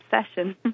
obsession